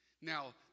Now